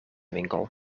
winkel